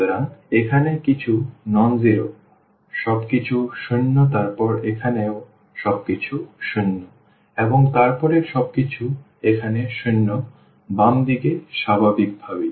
সুতরাং এখানে কিছু অ শূন্য সবকিছু শূন্য তারপর এখানে ও সবকিছু শূন্য এবং তারপরে সবকিছু এখানে শূন্য বাম দিকে স্বাভাবিকভাবে